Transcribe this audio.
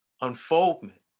unfoldment